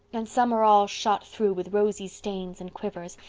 and some are all shot through with rosy stains and quivers.